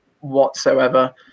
whatsoever